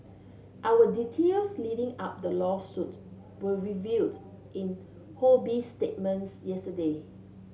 our details leading up the lawsuit were revealed in Ho Bee's statements yesterday